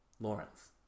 Lawrence